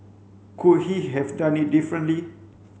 could he have done it differently